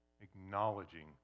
acknowledging